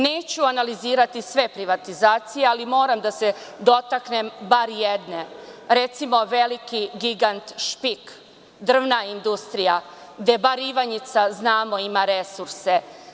Neću analizirati sve privatizacije, ali moram da se dotaknem bar jedne, recimo veliki gigant „Špik“, „Drvna industrija“, gde bar Ivanjica, znamo, ima resurse.